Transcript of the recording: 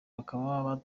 bakaba